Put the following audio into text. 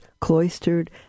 cloistered